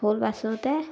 ফুল বাছোঁতে